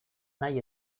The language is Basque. nahi